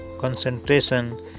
concentration